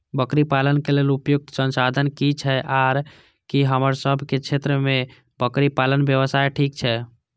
बकरी पालन के लेल उपयुक्त संसाधन की छै आर की हमर सब के क्षेत्र में बकरी पालन व्यवसाय ठीक छै?